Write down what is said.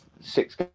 six